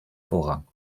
vorrang